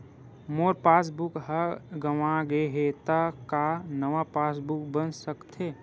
मोर passbook ह गंवा गे हे त का नवा पास बुक बन सकथे?